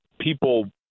people